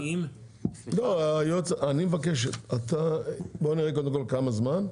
בוא קודם כל נראה כמה זמן.